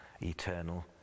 eternal